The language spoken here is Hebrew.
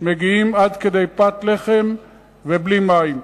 מגיעים עד כדי פת לחם ובלי מים.